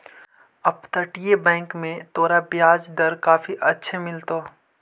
अपतटीय बैंक में तोरा ब्याज दर काफी अच्छे मिलतो